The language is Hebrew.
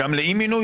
גם לאי-מינוי?